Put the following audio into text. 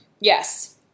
Yes